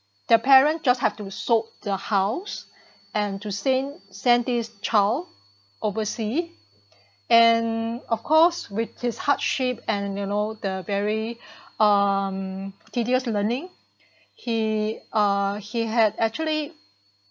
their parent just have to sold the house and to sen~ send this child oversea and of course with his hardship and you know the very um tedious learning he ah he had actually